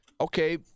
okay